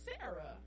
Sarah